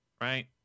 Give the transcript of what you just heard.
right